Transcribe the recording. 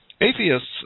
atheists